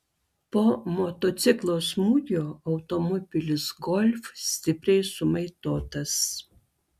po motociklo smūgio automobilis golf stipriai sumaitotas